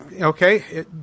okay